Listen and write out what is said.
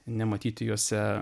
nematyti juose